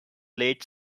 late